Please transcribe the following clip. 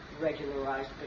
regularized